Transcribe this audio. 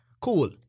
Cool